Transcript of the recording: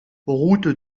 route